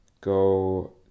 go